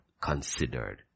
considered